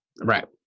right